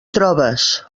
trobes